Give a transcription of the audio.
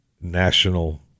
National